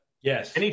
Yes